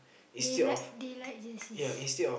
they like they like this is